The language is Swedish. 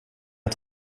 att